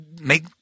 make